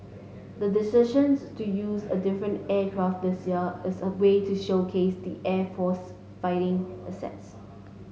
the decisions to use a different aircraft this year is a way to showcase the air force fighter assets